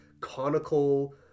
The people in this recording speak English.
conical